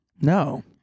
No